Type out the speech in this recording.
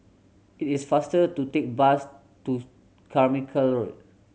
it is faster to take bus to Carmichael Road